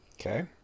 Okay